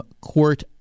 Court